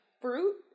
fruit